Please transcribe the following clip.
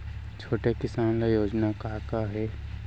छोटे किसान ल योजना का का हे?